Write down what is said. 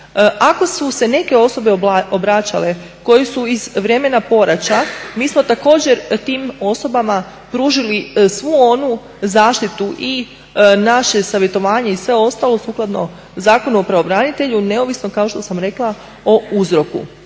Ako su se neke osobe obraćale koje su iz vremena poraća, mi smo također tim osobama pružili svu onu zaštitu i naše savjetovanje i sve ostalo sukladno Zakonu o pravobranitelju, neovisno kao što sam rekla o uzroku.